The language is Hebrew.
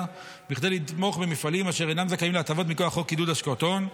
בכדי לתמוך במפעלים אשר אינם זכאים להטבות מכוח חוק עידוד השקעות הון.